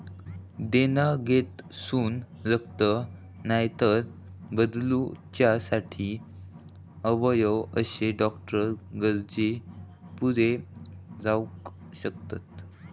देणगेतसून रक्त, नायतर बदलूच्यासाठी अवयव अशे डॉक्टरी गरजे पुरे जावक शकतत